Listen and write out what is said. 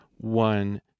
one